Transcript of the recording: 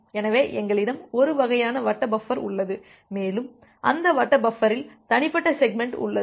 எனவே எங்களிடம் ஒரு வகையான வட்ட பஃபர் உள்ளது மேலும் அந்த வட்ட பஃபரில் தனிப்பட்ட செக்மெண்ட் உள்ளது